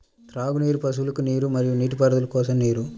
త్రాగునీరు, పశువులకు నీరు మరియు నీటిపారుదల కోసం నీరు